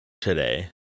today